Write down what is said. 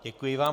Děkuji vám.